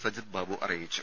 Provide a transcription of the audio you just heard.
സജിത് ബാബു അറിയിച്ചു